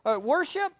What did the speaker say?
worship